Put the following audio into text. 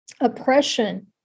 oppression